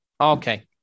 okay